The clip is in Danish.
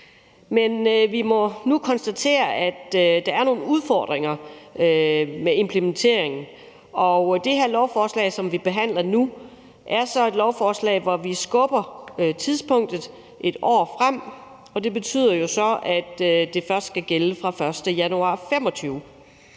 Men vi må nu konstatere, at der er nogle udfordringer med implementeringen. Det lovforslag, som vi behandler nu, er et lovforslag, hvor vi skubber tidspunktet 1 år frem, og det betyder jo så, at det først skal gælde fra den 1. januar 2025.